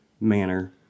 manner